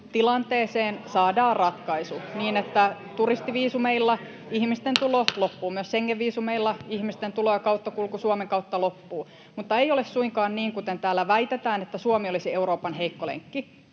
tilanteeseen saadaan ratkaisu, niin että turistiviisumeilla ihmisten tulo loppuu, [Välihuutoja — Puhemies koputtaa] myös Schengen-viisumeilla ihmisten tulo ja kauttakulku Suomen kautta loppuu, mutta ei ole suinkaan niin, kuten täällä väitetään, että Suomi olisi Euroopan heikko lenkki,